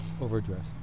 Overdressed